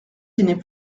dîner